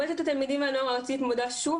מועצת התלמידים והנוער הארצית מודה שוב